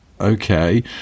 okay